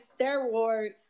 steroids